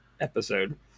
episode